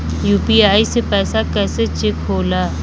UPI से पैसा कैसे चेक होला?